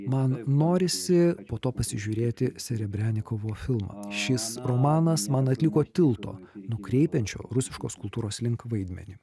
man norisi po to pasižiūrėti serebrenikovo filmą šis romanas man atliko tilto nukreipiančio rusiškos kultūros link vaidmenį